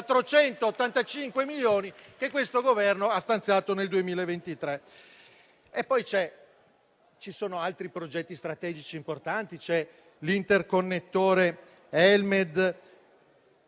485 milioni che questo Governo ha stanziato nel 2023. Ci sono poi altri progetti strategici importanti. C'è l'interconnettore Elmed